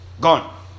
Gone